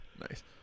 nice